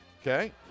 Okay